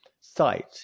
site